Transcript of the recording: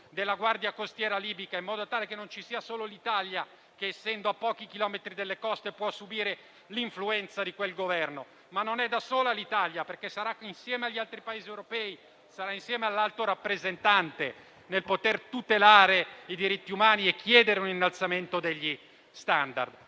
della Guardia costiera libica, in modo tale che non ci sia solo l'Italia, che essendo a pochi chilometri dalle coste può subire l'influenza di quel Governo. Ma non è da sola l'Italia, perché sarà insieme agli altri Paesi europei, sarà insieme all'Alto rappresentante nel poter tutelare i diritti umani e chiedere un innalzamento degli *standard*.